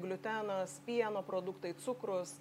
gliutenas pieno produktai cukrus